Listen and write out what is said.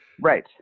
Right